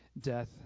death